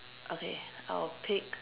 okay I'll pick